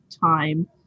time